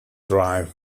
drive